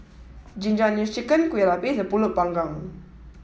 Ginger Onions Chicken Kueh Lapis and Pulut panggang